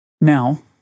Now